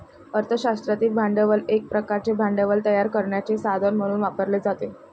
अर्थ शास्त्रातील भांडवल एक प्रकारचे भांडवल तयार करण्याचे साधन म्हणून वापरले जाते